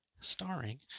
starring